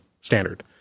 standard